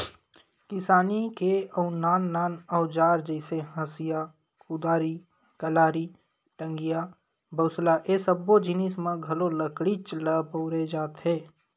किसानी के अउ नान नान अउजार जइसे हँसिया, कुदारी, कलारी, टंगिया, बसूला ए सब्बो जिनिस म घलो लकड़ीच ल बउरे जाथे